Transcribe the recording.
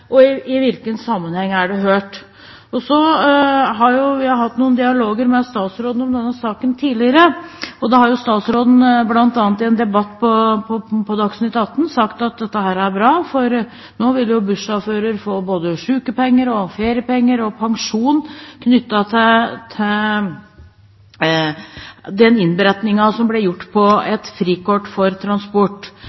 og i hvilken sammenheng det er hørt. Så har vi hatt noen dialoger med statsråden om denne saken tidligere, og da har statsråden bl.a. i en debatt på Dagsnytt atten sagt at dette er bra, for nå vil bussjåfører få både sykepenger, feriepenger og pensjon knyttet til den innberetningen som blir gjort